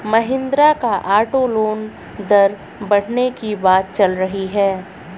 महिंद्रा का auto loan दर बढ़ने की बात चल रही है